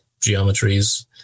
geometries